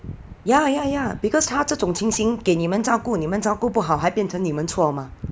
ya ya ya because 她这种情形给你们照顾你们照顾不好还变成你们错 mah